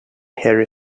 harry